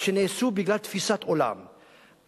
שנעשו בגלל תפיסת עולם,